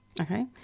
Okay